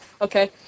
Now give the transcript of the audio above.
Okay